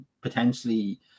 potentially